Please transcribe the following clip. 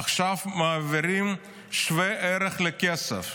עכשיו מעבירים שווה ערך לכסף.